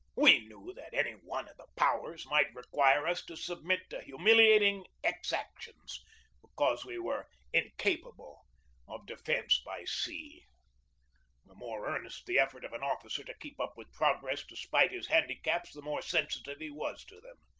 we knew that any one of the powers might require us to submit to humiliating exactions because we were incapable of defence by sea. the more earnest the effort of an officer to keep up with progress despite his handicaps, the more sensitive he was to them.